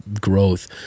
growth